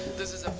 this is